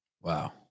Wow